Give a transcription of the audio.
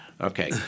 Okay